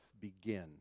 begin